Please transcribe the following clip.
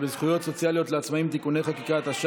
וזכויות סוציאליות לעצמאים (תיקוני חקיקה),